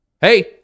hey